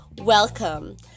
welcome